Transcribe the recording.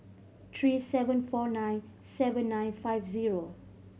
three seven four nine seven nine five zero